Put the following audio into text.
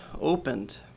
opened